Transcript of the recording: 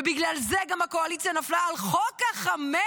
ובגלל זה הקואליציה גם נפלה על חוק החמץ.